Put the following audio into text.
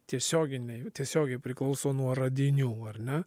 tiesioginei tiesiogiai priklauso nuo radinių ar ne